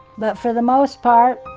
but, for the most part,